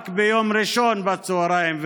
רק ביום ראשון בצוהריים,